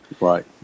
Right